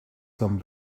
some